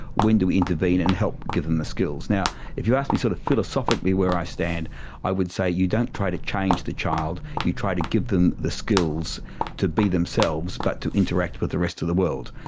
when do we intervene and help give them the skills? if you ask me sort of philosophically where i stand i would say you don't try to change the child, you tried to give them the skills to be themselves but to interact with the rest of the world.